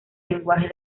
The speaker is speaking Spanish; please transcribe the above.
lenguaje